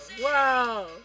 Wow